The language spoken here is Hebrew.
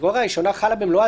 הקטגוריה הראשונה חלה במלואה,